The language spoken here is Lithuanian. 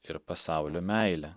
ir pasaulio meile